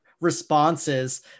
responses